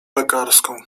lekarską